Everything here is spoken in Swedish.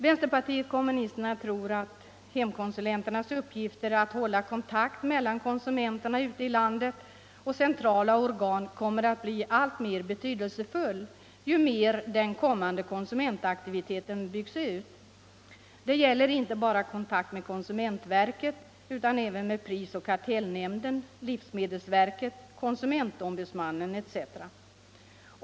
Vänsterpartiet kommunisterna tror att hemkonsulenternas uppgifter att hålla kontakt mellan konsumenterna ute i landet och centrala organ kommer att bli alltmer betydelsefulla ju mer den kommande konsumentaktiviteten byggs ut. Det gäller kontakt inte bara med konsumentverket utan även med prisoch kartellnämnden, livsmedelsverket, konsumentombudsmannen etc.